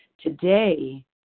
today